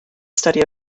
study